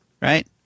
right